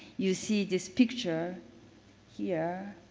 you see this picture here.